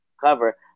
cover